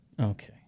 Okay